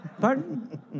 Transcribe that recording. Pardon